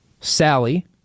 Sally